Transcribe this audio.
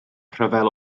rhyfel